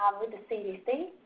with the cdc,